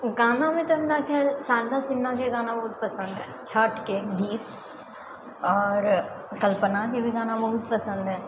गानामे तऽ हमरा शारदा सिन्हाके गाना बहुत पसन्द अछि छठके गीत आओर कल्पनाके भी गाना बहुत पसन्द अछि